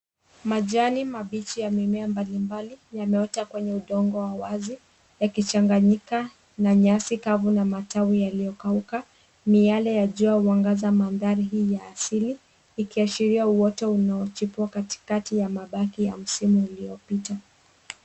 Majani mabichi ya mimea mbalimbali yameota kwenye udongo wa wazi yakichanganyika na nyasi kavu na matawi yaliyokauka. Miale ya jua huangaza mandhari hii ya asili ikiashiria uoto unaochipua katikati ya mabaki ya msimu uliopita.